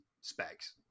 specs